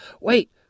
Wait